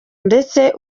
ndetse